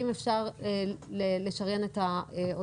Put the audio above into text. אם תהיה החלטה עקרונית כזאת,